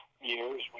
years